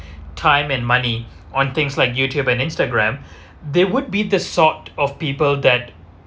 time and money on things like YouTube and Instagram they would be the sort of people that